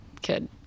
kid